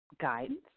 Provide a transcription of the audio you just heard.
guidance